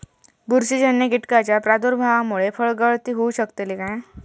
बुरशीजन्य कीटकाच्या प्रादुर्भावामूळे फळगळती होऊ शकतली काय?